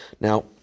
now